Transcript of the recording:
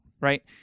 right